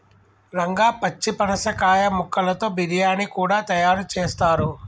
రంగా పచ్చి పనసకాయ ముక్కలతో బిర్యానీ కూడా తయారు చేస్తారు